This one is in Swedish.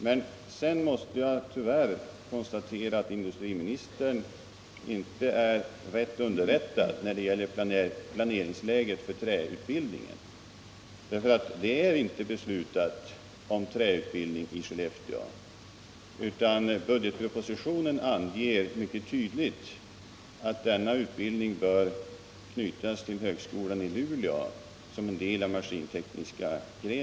Sedan måste jag tyvärr konstatera att industriministern inte är rätt underrättad när det gäller planeringsläget för träutbildningen. Det har inte fattats något beslut om träutbildning i Skellefteå. Budgetpropositionen anger mycket tydligt att denna utbildning bör knytas till högskolan i Luleå och dess maskintekniska gren.